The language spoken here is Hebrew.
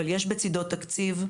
אבל יש בצדו תקציב.